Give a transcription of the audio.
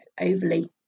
overly